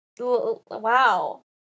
Wow